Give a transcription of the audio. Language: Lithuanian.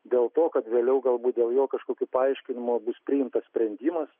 dėl to kad vėliau galbūt dėl jo kažkokių paaiškinimų bus priimtas sprendimas